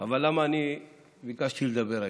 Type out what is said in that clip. אבל למה אני ביקשתי לדבר היום?